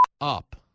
up